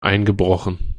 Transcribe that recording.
eingebrochen